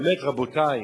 באמת, רבותי,